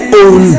own